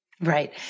Right